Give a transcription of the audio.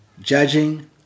judging